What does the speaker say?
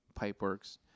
Pipeworks